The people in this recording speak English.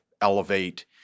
elevate